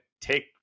take